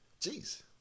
Jeez